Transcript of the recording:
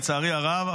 לצערי הרב.